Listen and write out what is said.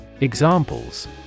Examples